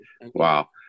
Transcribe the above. Wow